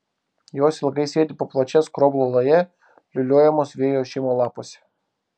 jos ilgai sėdi po plačia skroblo laja liūliuojamos vėjo ošimo lapuose